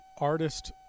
artist